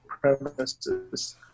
premises